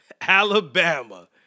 Alabama